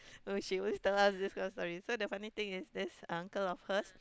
no she always tell us this kind of stories so the funny thing is this uncle of hers